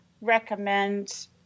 recommend